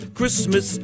Christmas